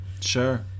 Sure